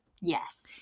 Yes